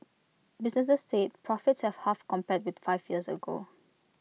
businesses said profits have halved compared with five years ago